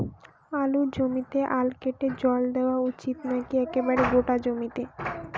আলুর জমিতে আল কেটে জল দেওয়া উচিৎ নাকি একেবারে গোটা জমিতে?